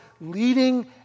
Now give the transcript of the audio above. leading